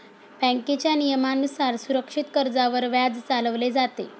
बँकेच्या नियमानुसार सुरक्षित कर्जावर व्याज चालवले जाते